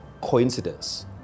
coincidence